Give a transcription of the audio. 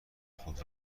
خود